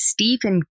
Stephen